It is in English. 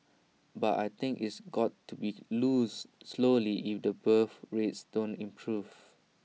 but I think it's got to be loose slowly if the birth rates don't improve